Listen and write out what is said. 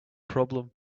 problem